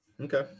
Okay